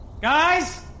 Guys